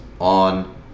on